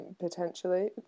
Potentially